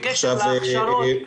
בקשר להכשרות,